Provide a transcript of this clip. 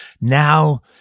Now